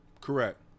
Correct